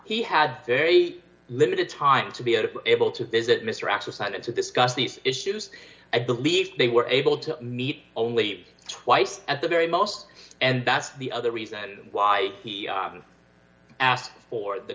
he had very limited time to be able to visit mr x or send it to discuss these issues i believe they were able to meet only twice at the very most and that's the other reason why he asked for the